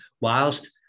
whilst